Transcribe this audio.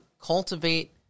cultivate